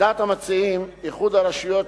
לדעת המציעים, איחוד הרשויות,